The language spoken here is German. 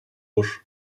bush